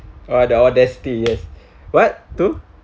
oh the audacity yes what two